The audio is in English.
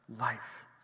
life